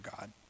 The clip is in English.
God